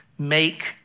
make